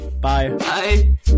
Bye